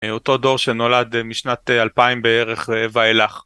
אותו דור שנולד משנת 2000 בערך, ואילך.